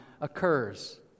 occurs